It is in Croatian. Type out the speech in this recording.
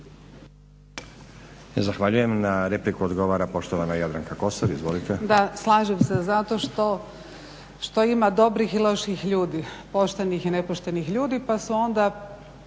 Zahvaljujem. Na repliku odgovara poštovana Jadranka Kosor. Izvolite. **Kosor, Jadranka (Nezavisni)** Slažem se zato što ima dobrih i loših ljudi, poštenih i nepoštenih ljudi pa su onda